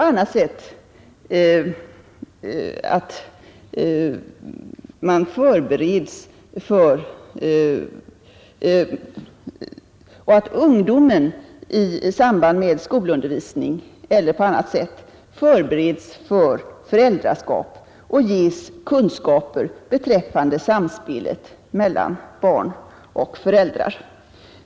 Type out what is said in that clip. Ungdomen skulle i samband med skolundervisningen eller på annat sätt förberedas för föräldraskap och ges kunskaper beträffande samspelet mellan barn och föräldrar.